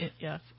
Yes